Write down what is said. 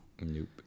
Nope